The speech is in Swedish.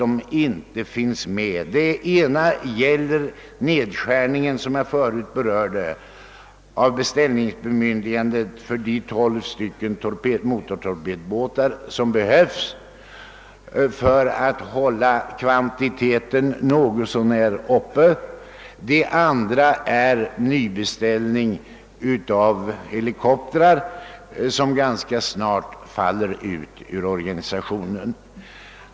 Det gäller för det första den nedskärning av beställningsbemyndigandet för tolv motortorpedbåtar som jag tidigare berörde, för det andra en nybeställning av helikoptrar — de som nu används faller snart ut ur organisationen.